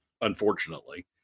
unfortunately